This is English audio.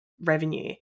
revenue